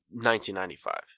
1995